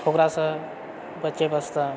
ओकरासँ बचे वास्ते